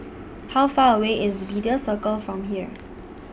How Far away IS Media Circle from here